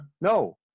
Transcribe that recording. No